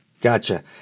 Gotcha